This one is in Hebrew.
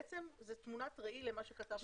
בעצם זאת תמונת ראי של מה שכתבנו לגבי הפקס.